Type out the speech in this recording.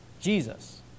Jesus